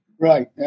Right